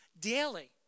daily